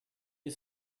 you